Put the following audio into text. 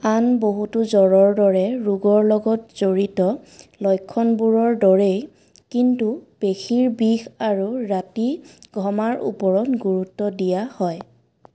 আন বহুতো জ্বৰৰ দৰে ৰোগৰ লগত জড়িত লক্ষণবোৰৰ দৰেই কিন্তু পেশীৰ বিষ আৰু ৰাতি ঘমাৰ ওপৰত গুৰুত্ব দিয়া হয়